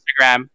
Instagram